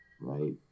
Right